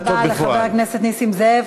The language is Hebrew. תודה רבה לחבר הכנסת נסים זאב.